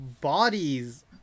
bodies